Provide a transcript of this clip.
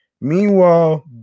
Meanwhile